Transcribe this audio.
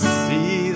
see